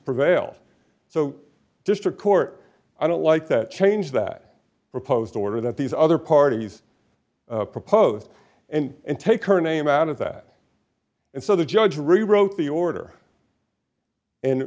prevailed so district court i don't like that change that proposed order that these other parties proposed and take her name out of that and so the judge rewrote the order